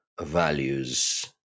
values